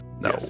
No